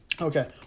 Okay